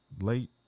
late